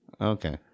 Okay